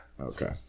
Okay